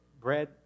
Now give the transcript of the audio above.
bread